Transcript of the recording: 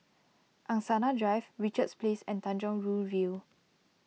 Angsana Drive Richards Place and Tanjong Rhu View